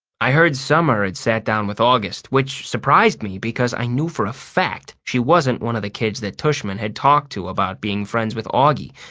i heard summer had sat down with august, which surprised me because i knew for a fact she wasn't one of the kids that tushman had talked to about being friends with auggie.